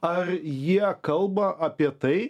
ar jie kalba apie tai